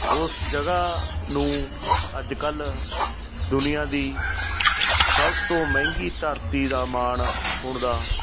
ਉਸ ਜਗ੍ਹਾ ਨੂੰ ਅੱਜ ਕੱਲ੍ਹ ਦੁਨੀਆਂ ਦੀ ਸਭ ਤੋਂ ਮਹਿੰਗੀ ਧਰਤੀ ਦਾ ਮਾਣ ਹੋਣ ਦਾ